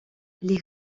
les